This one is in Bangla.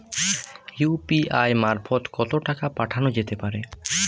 ইউ.পি.আই মারফত কত টাকা পাঠানো যেতে পারে?